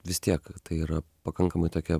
vis tiek tai yra pakankamai tokia